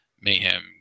Mayhem